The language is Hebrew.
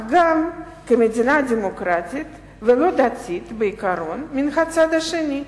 אך גם כמדינה דמוקרטית ולא דתית בעיקרון מן הצד השני.